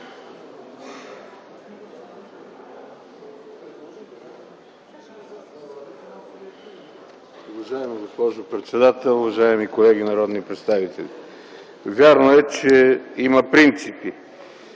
Вярно е, че има принципи.